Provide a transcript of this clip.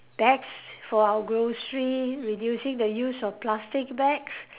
bags for our grocery reducing the use of plastic bags